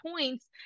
points